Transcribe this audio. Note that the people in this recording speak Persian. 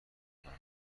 میکنم